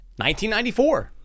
1994